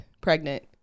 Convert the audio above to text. pregnant